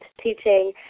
teaching